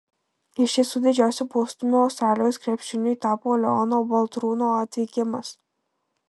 iš tiesų didžiausiu postūmiu australijos krepšiniui tapo leono baltrūno atvykimas